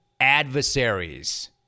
adversaries